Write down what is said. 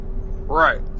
right